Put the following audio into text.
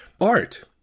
art